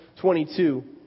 22